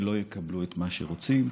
ולא יקבלו את מה שהם רוצים.